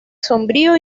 sombrío